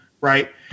right